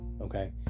okay